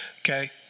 Okay